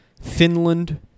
Finland